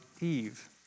Eve